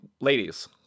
ladies